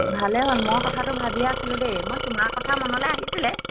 ভালেই হ'ল মই কথাটো ভাবি আছিলোঁ দেই মোৰ তোমাৰ কথা মনলৈ আহিছিলে